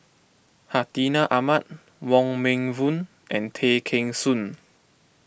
Hartinah Ahmad Wong Meng Voon and Tay Kheng Soon